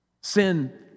Sin